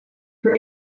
her